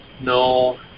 No